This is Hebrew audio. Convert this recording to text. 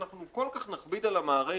אנחנו כל כך נכביד על המערכת,